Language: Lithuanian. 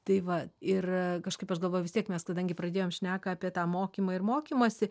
tai va ir kažkaip aš galvoju vis tiek mes kadangi pradėjom šneką apie tą mokymą ir mokymąsi